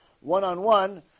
one-on-one